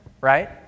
Right